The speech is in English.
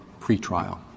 pretrial